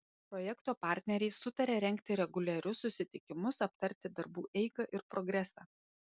projekto partneriai sutarė rengti reguliarius susitikimus aptarti darbų eigą ir progresą